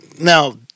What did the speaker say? now